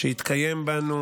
שיתקיים בנו